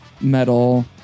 metal